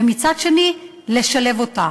ומצד שני לשלב אותה.